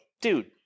dude